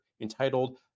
entitled